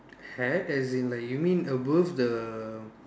had as in like you mean above the